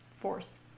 force